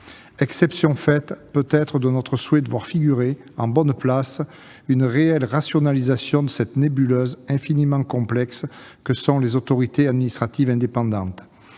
exception faite, peut-être, de notre souhait de voir figurer, en bonne place, une réelle rationalisation de cette nébuleuse infiniment complexe que sont les autorités administratives indépendantes.